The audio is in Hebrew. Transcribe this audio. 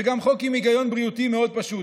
וגם חוק עם היגיון בריאותי מאוד פשוט.